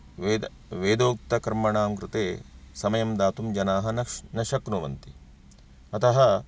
वेद वेदोक्तकर्मणां कृते समयं दातुं जनाः न शक्नुवन्ति अतः